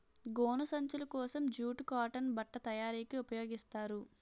గోను సంచులు కోసం జూటు కాటన్ బట్ట తయారీకి ఉపయోగిస్తారు